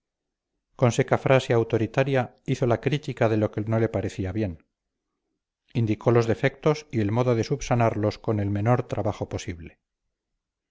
con seca frase autoritaria hizo la crítica de lo que no le parecía bien indicó los defectos y el modo de subsanarlos con el menor trabajo posible